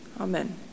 Amen